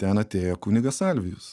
ten atėjo kunigas salvijus